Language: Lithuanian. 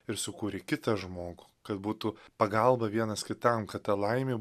ir sukūrė kitą žmogų kad būtų pagalba vienas kitam kad ta laimė